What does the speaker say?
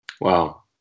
Wow